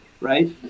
Right